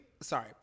sorry